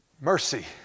mercy